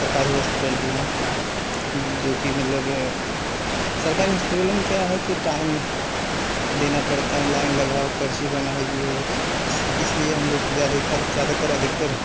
सरकारी हस्पिटल भी हैं जो कि मतलब सरकारी हस्पिटलों में क्या है कि टाइम देना पड़ता है लाइन लगाओ पर्ची बनाओ यह वह इस इसलिए हम लोग को ज़्यादा ज़्यादातर अधिकतर